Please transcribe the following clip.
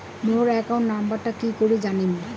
মোর account নাম্বারটা কি করি জানিম?